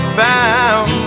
found